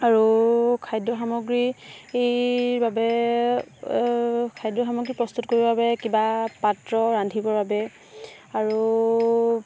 আৰু খাদ্য সামগ্ৰীৰ বাবে খাদ্য সামগ্ৰী প্ৰস্তুত কৰিবৰ বাবে কিবা পাত্ৰ ৰান্ধিবৰ বাবে আৰু